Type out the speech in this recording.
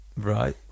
right